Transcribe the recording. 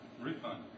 Refund